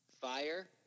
Fire